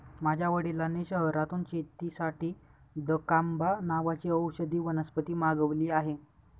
माझ्या वडिलांनी शहरातून शेतीसाठी दकांबा नावाची औषधी वनस्पती मागवली आहे